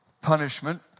punishment